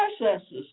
processes